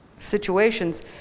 situations